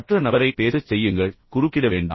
மற்ற நபரை பேசச் செய்யுங்கள் குறுக்கிட வேண்டாம்